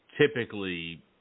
typically